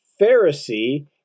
Pharisee